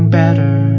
better